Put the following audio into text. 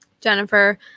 Jennifer